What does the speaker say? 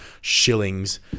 shillings